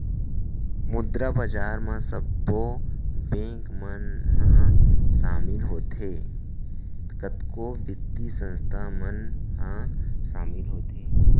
मुद्रा बजार म सब्बो बेंक मन ह सामिल होथे, कतको बित्तीय संस्थान मन ह सामिल होथे